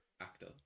actor